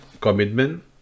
commitment